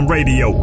Radio